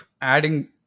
adding